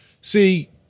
See